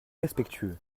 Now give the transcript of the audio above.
respectueux